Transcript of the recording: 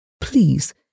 Please